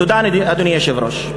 תודה, אדוני היושב-ראש.